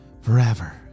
forever